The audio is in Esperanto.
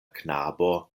knabo